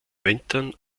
wintern